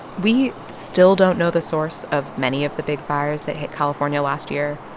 we still don't know the source of many of the big fires that hit california last year.